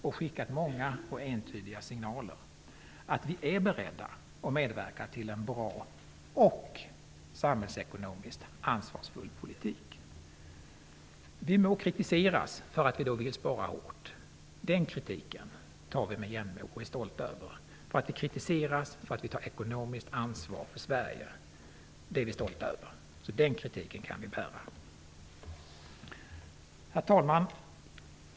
Vi har skickat många och entydiga signaler om att vi är beredda att medverka till en bra och samhällsekonomiskt ansvarsfull politik. Vi må kritiseras för att vi vill spara hårt. Att vi kritiseras för att ta ekonomiskt ansvar för Sverige är något som vi tar med jämnmod och är stolta över. Den kritiken kan vi bära. Herr talman!